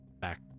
back